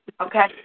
Okay